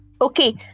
Okay